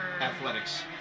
Athletics